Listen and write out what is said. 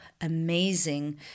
amazing